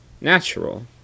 natural